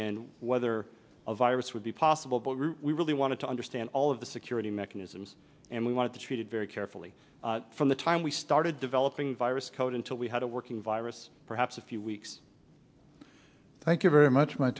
in whether a virus would be possible but we really wanted to understand all of the security mechanisms and we wanted to treat it very carefully from the time we started developing virus code until we had a working virus perhaps a few weeks thank you very much my